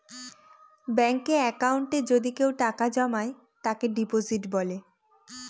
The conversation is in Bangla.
ব্যাঙ্কে একাউন্টে যদি কেউ টাকা জমায় তাকে ডিপোজিট বলে